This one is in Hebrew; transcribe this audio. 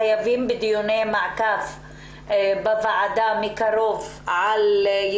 חייבים לערוך דיוני מעקב בוועדה אחר יישום